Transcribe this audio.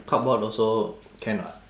cardboard also can [what]